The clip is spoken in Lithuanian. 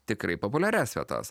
tikrai populiarias vietas